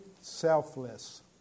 selfless